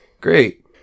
great